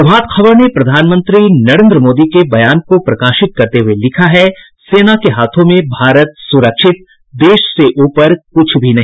प्रभात खबर ने प्रधानमंत्री नरेन्द्र मोदी के बयान को प्रकाशित करते हुए है लिखा है सेना के हाथों में भारत सुरक्षित देश से ऊपर कुछ भी नहीं